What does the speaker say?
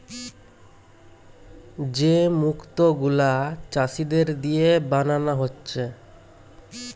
যে মুক্ত গুলা চাষীদের দিয়ে বানানা হচ্ছে